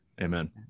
Amen